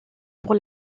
pour